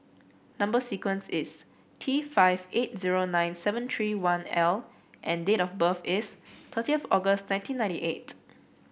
number sequence is T five eight zero nine seven three one L and date of birth is thirty of August nineteen ninety eight